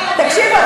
תקשיבו,